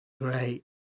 Great